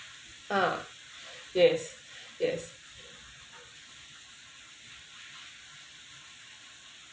uh yes yes